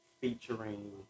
featuring